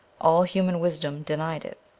all human wisdom denied it.